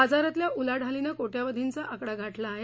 बाजारातल्या उलाढालीनं कोट्यावधींचा आकडा गाठला आहे